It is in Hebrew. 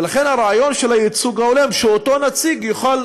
ולכן הרעיון של הייצוג ההולם הוא שאותו נציג יוכל